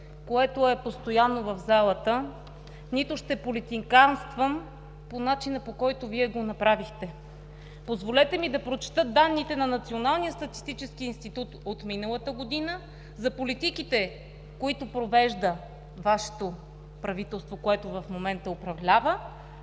което е постоянно в залата, нито ще политиканствам по начина, по който Вие го направихте. Позволете ми да прочета данните на Националния статистически институт от миналата година за политиките, които провежда Вашето правителство, което в момента управлява,